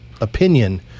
opinion